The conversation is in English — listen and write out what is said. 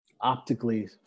optically